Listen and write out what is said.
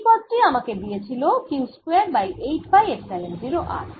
এই পদ টি আমাকে দিয়েছিল Q square by 8 pi epsilon 0 R